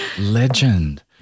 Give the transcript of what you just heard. Legend